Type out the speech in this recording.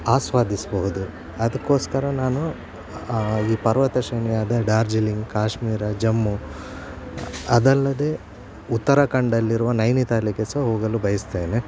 ಆಸ್ವಾದಿಸಬಹುದು ಅದಕ್ಕೋಸ್ಕರ ನಾನು ಈ ಪರ್ವತ ಶ್ರೇಣಿಯಾದ ಡಾರ್ಜಿಲಿಂಗ್ ಕಾಶ್ಮೀರ ಜಮ್ಮು ಅದಲ್ಲದೆ ಉತ್ತರಾಖಂಡಲ್ಲಿರುವ ನೈನಿತಾಳಕ್ಕೆ ಸಹ ಹೋಗಲು ಬಯಸ್ತೇನೆ